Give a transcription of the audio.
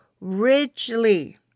richly